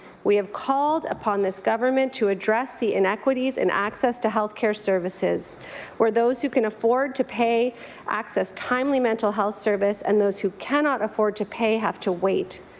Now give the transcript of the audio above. we have called upon this government to address the inequities in access to health care services where those who can afford to pay access timely mental health service and those who cannot afford to pay have to wait.